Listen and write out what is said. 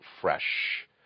fresh